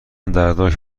دردناک